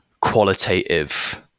qualitative